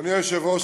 אדוני היושב-ראש,